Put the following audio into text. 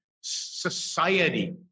society